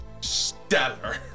stellar